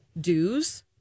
dues